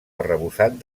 arrebossat